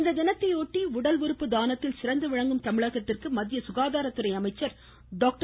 இத்தினத்தையொட்டி உடல் உறுப்பு தானத்தில் சிறந்து விளங்கும் தமிழகத்திற்கு மத்திய சுகாதாரத்துறை அமைச்சர் டாக்டர்